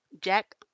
Jack